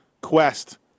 quest